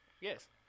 yes